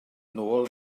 nôl